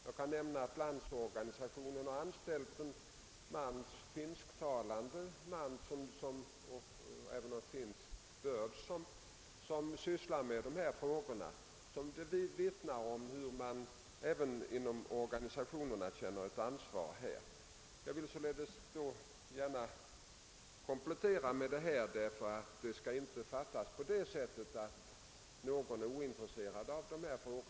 Jag kan nämna att Landsorganisationen har anställt en finsktalande man av finsk börd som sysslar med dessa frågor. Det vittnar om hur man även inom organisationerna känner ett ansvar härvidlag. Jag har velat lämna dessa kompletterande upplysningar för att ingen skall uppfatta saken så att man är ointresserad av dessa frågor.